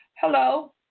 Hello